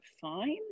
fine